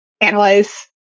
analyze